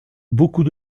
beaucoup